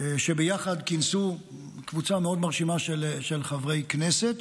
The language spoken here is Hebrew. שביחד כינסו קבוצה מאוד מרשימה של חברי כנסת.